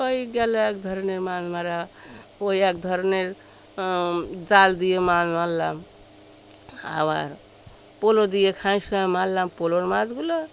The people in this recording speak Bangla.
ওই গেলে এক ধরনের মাছ মারা ওই এক ধরনের জাল দিয়ে মাছ মারলাম আবার পলো দিয়ে খাওয়ার সময় মারলাম পোলোর মাছগুলো